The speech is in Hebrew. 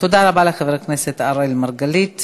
תודה רבה לחבר הכנסת אראל מרגלית.